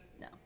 No